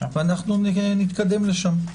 נתקדם לשם.